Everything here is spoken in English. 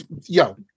yo